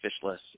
Fishless